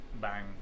bang